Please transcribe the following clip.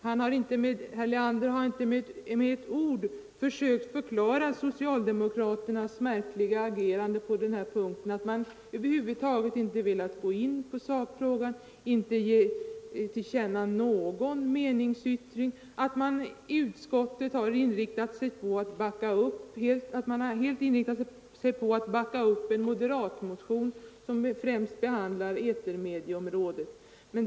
Herr Leander har inte med ett ord frågor försökt förklara socialdemokraternas märkliga agerande på denna punkt, att de över huvud taget inte har velat gå in på sakfrågan, inte har velat ge till känna någon meningsyttring, att de i utskottet helt har inriktat sig på att backa upp en moderatmotion som främst behandlar etermedie området.